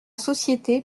société